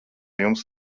jums